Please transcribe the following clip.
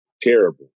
Terrible